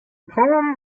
poem